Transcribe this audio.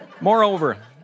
Moreover